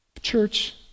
Church